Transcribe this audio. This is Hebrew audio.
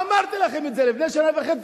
אמרתי לכם את זה לפני שנה וחצי,